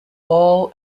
all